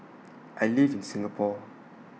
I live in Singapore